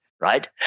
right